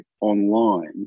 online